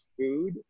food